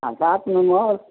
आओर सात नम्बर